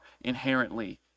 inherently